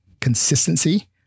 consistency